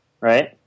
Right